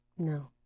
no